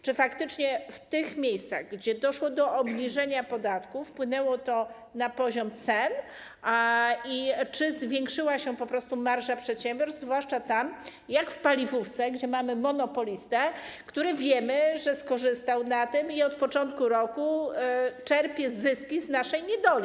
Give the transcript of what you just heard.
Czy faktycznie w miejscach, gdzie doszło do obniżenia podatków, wpłynęło to na poziom cen i czy zwiększyła się marża przedsiębiorstw, zwłaszcza tam, jak w paliwówce, gdzie mamy monopolistę, który jak wiemy, skorzystał na tym i od początku roku czerpie zyski z naszej niedoli.